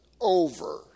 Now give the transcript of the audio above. over